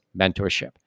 mentorship